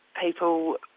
people